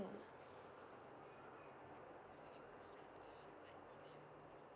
mm